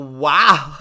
wow